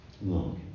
No